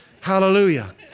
Hallelujah